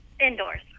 Indoors